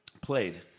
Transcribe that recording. played